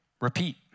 Repeat